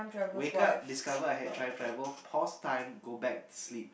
wake up discover I have time travel pause time go back to sleep